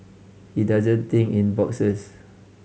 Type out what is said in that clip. he doesn't think in boxes